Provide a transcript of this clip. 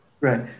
Right